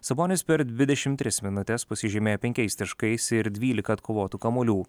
sabonis per dvidešim tris minutes pasižymėjo penkiais taškais ir dvylika atkovotų kamuolių